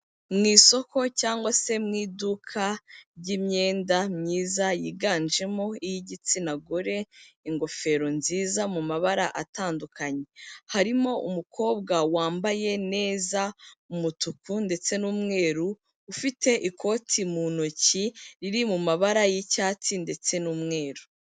Mu isoko cyangwa se mu iduka ry'imyenda myiza yiganjemo iy'igitsina gore, ingofero nziza mu mabara atandukanye, harimo umukobwa wambaye neza, umutuku ndetse n'umweru, ufite ikoti mu ntoki riri mu mabara y'icyatsi ndetse n'umweru.